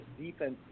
defense